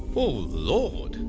oh lord!